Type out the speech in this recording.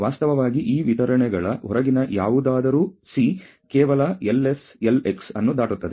ವಾಸ್ತವವಾಗಿ ಈ ವಿತರಣೆಗಳ ಹೊರಗಿನ ಯಾವುದಾದರೂ C ಕೇವಲ LSLx ಅನ್ನು ದಾಟುತ್ತದೆ